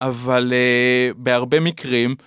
אבל בהרבה מקרים...